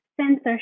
censorship